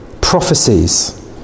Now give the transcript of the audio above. prophecies